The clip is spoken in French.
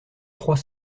trois